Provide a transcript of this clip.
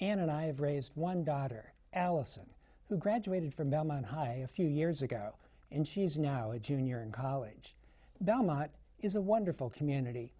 and i have raised one daughter allison who graduated from belmont high few years ago and she is now a junior in college belmont is a wonderful community